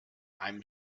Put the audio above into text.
einem